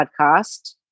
podcast